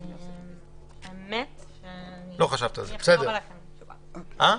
אני אחזור אליכם עם תשובה.